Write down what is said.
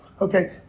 Okay